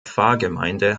pfarrgemeinde